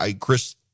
Chris